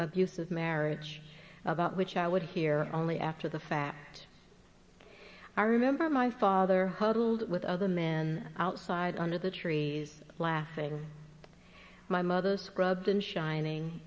abusive marriage about which i would hear only after the fact i remember my father huddled with other men outside under the trees laughing my mother scrubbed and shining